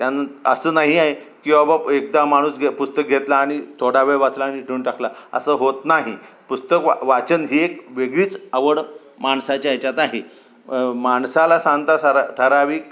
त्यांन असं नाही आहे की अ बा एकदा माणूस घे पुस्तक घेतला आणि थोडा वेळ वाचला आणि देऊन टाकला असं होत नाही पुस्तक वा वाचन ही एक वेगळीच आवड माणसाच्या ह्याच्यात आहे माणसाला साधारणतः सरा ठराविक